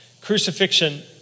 Crucifixion